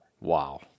Wow